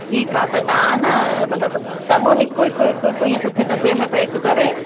ठीकु आहे त तव्हां न मतिलब सभु हिक हिक हिक हिक ईअं सुठे डब्बे में पैक करे